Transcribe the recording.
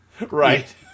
right